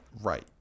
Right